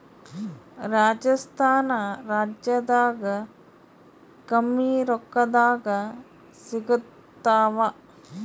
ರಾಜಸ್ಥಾನ ರಾಜ್ಯದಾಗ ಕಮ್ಮಿ ರೊಕ್ಕದಾಗ ಸಿಗತ್ತಾವಾ?